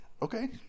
Okay